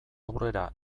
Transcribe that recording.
aurrera